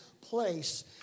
place